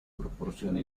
proporciona